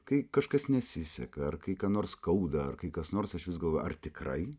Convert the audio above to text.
kai kažkas nesiseka ar kai ką nors skauda ar kai kas nors aš vis galvoju ar tikrai